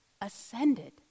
ascended